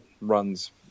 runs